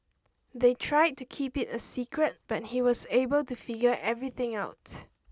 they tried to keep it a secret but he was able to figure everything out